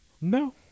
No